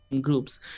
groups